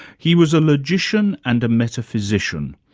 he was a logician and a metaphysician,